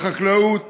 לחקלאות,